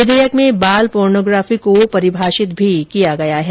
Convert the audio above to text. विधेयक में बाल पोर्नोग्राफी को परिभाषित भी किया गया है